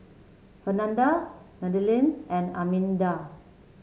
Fernanda Madlyn and Arminda